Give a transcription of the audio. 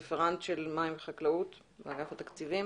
הרפרנט של מים וחקלאות באגף התקציבים